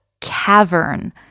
cavern